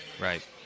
Right